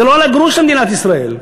זה לא עלה גרוש למדינת ישראל.